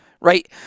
Right